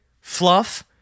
fluff